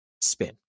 spin